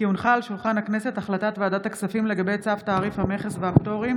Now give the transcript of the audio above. כי הונחה על שולחן הכנסת הצעת ועדת הכספים בדבר צו תעריף המכס והפטורים